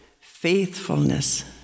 faithfulness